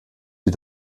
sie